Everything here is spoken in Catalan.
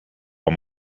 amb